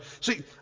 See